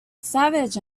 savage